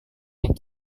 yang